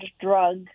drug